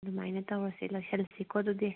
ꯑꯗꯨꯃꯥꯏꯅ ꯇꯧꯔꯁꯦ ꯂꯣꯏꯁꯜꯂꯁꯤꯀꯣ ꯑꯗꯨꯗꯤ